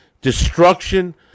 destruction